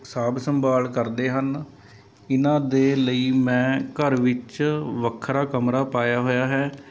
ਸਾਂਭ ਸੰਭਾਲ ਕਰਦੇ ਹਨ ਇਹਨਾਂ ਦੇ ਲਈ ਮੈਂ ਘਰ ਵਿੱਚ ਵੱਖਰਾ ਕਮਰਾ ਪਾਇਆ ਹੋਇਆ ਹੈ